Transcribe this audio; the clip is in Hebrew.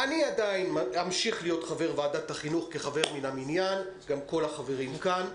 אני עדיין אמשיך להיות חבר ועדת החינוך מן המניין וגם כל החברים כאן.